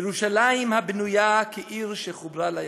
ירושלם הבנויה כעיר שחברה לה יחדו."